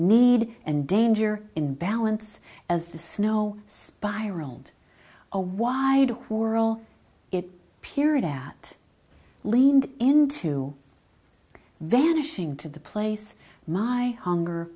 need and danger in balance as the snow spiraled a wide world it appeared at leaned into vanishing to the place my hunger